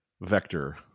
Vector